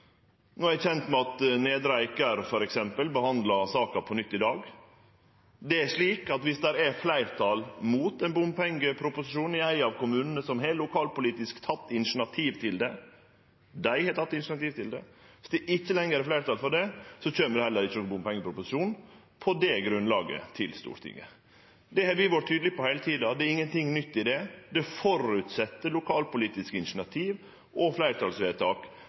er kjend med at f.eks. Nedre Eiker behandlar saka på nytt i dag. Viss det er fleirtal mot ein bompengeproposisjon i ein av kommunane som har teke lokalpolitisk initiativ til det, kjem det på det grunnlaget heller ikkje nokon bompengeproposisjon til Stortinget. Det har vi vore tydelege på heile tida, og det er ingenting nytt i det. Det føreset lokalpolitisk initiativ og fleirtalsvedtak